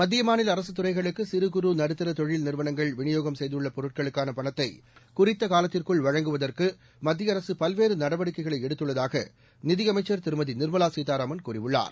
மத்திய மாநில அரசு துறைகளுக்கு சிறு குறு நடுத்தர தொழில் நிறுவனங்கள் விநியோகம் செய்துள்ள பொருட்களுக்கான பணத்தை குறித்த காலத்திற்குள் வழங்குவதற்கு மத்திய அரசு பல்வேறு நடவடிக்கைகளை எடுத்துள்ளதாக நிதியமைச்சர் திருமதி நிர்மலா சீதாராமன் கூறியுள்ளார்